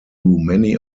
many